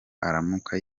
aramuka